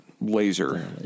laser